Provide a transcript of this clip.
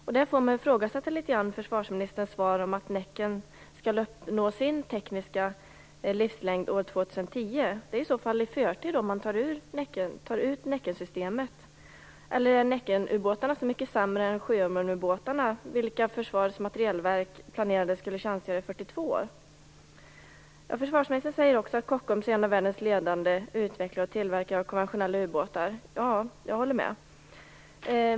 Jag ifrågasätter därför försvarsministerns svar litet grand om att Näcken skall nå sin tekniska livslängd år 2010. I så fall tar man ju ut Näckensystemet i förtid. Är Näckenubåtarna så mycket sämre än Sjöormenubåtarna, vilka Försvarets materielverk planerade skulle tjänstgöra i 42 år? Försvarsministern säger att Kockums är en av världens ledande utvecklare och tillverkare av konventionella ubåtar. Ja, jag håller med.